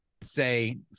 say